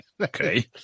okay